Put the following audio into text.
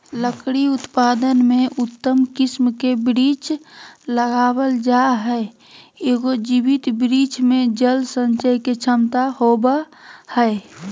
लकड़ी उत्पादन में उत्तम किस्म के वृक्ष लगावल जा हई, एगो जीवित वृक्ष मे जल संचय के क्षमता होवअ हई